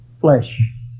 flesh